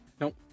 Nope